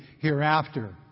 hereafter